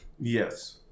Yes